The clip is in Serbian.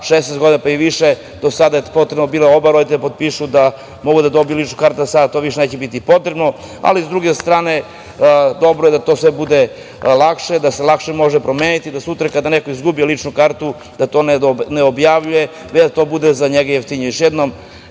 16 godina pa i više, do sada je bilo potrebno oba roditelja da potpišu da mogu da dobiju ličnu kartu, a sada to više neće biti potrebno. S druge strane, dobro je da to sve bude lakše, da se lakše može promeniti, da sutra kada neko izgubi ličnu kartu da to ne objavljuje i da to bude za njega jeftinije. Još jednom,